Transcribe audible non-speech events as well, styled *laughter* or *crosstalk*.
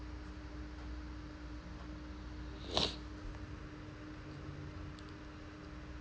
*noise*